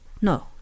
No